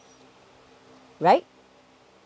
right